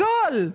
הכול.